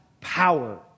power